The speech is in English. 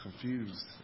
confused